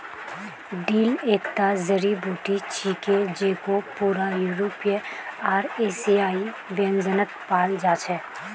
dill एकता जड़ी बूटी छिके जेको पूरा यूरोपीय आर एशियाई व्यंजनत पाल जा छेक